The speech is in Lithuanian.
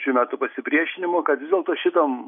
šių metų pasipriešinimo kad vis dėlto šitam